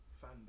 fan